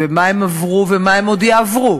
ומה הם עברו ומה הם עוד יעברו.